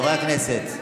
חברי הכנסת.